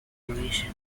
corporation